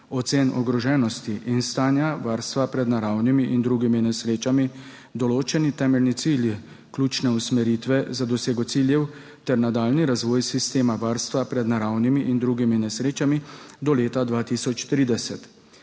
ocen ogroženosti in stanja varstva pred naravnimi in drugimi nesrečami, določeni temeljni cilji ključne usmeritve za dosego ciljev ter nadaljnji razvoj sistema varstva pred naravnimi in drugimi nesrečami do leta 2030.